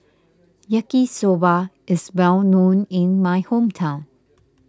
Yaki Soba is well known in my hometown